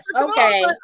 okay